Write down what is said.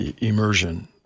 immersion